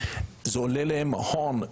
זה עולה להם הון,